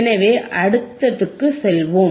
எனவே அடுத்ததுக்கு செல்வோம்